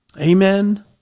Amen